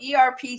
erp